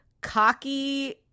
cocky